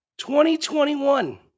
2021